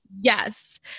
yes